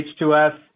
H2S